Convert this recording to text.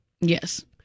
Yes